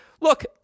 Look